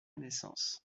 naissance